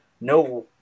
no